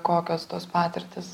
kokios tos patirtys